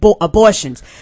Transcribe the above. abortions